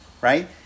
right